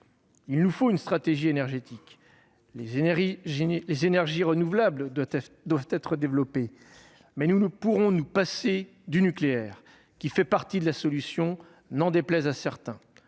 Il nous faut une stratégie en la matière ! Les énergies renouvelables doivent être développées, mais nous ne pourrons pas nous passer du nucléaire, qui fait partie de la solution, n'en déplaise à certains.